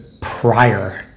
prior